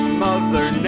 mother